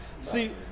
see